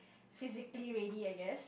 physically ready I guess